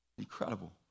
incredible